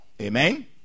Amen